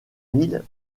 milles